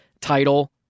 title